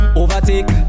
overtake